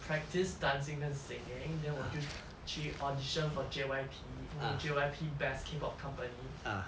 practice dancing 跟 singing then 我就去 audition for J_Y_P 因为 J_Y_P best K pop company